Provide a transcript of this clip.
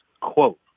quote